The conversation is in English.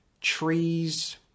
trees